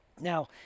now